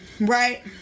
right